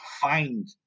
Find